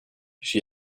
she